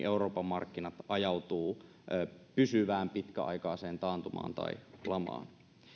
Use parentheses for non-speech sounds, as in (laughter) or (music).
(unintelligible) euroopan markkinat ajautuvat pysyvään pitkäaikaiseen taantuma tai lamaan